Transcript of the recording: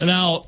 Now